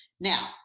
Now